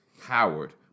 Howard